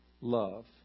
love